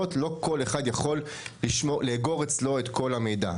לא כל אחד יכול לאגור אצלו את כל המידע.